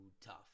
tough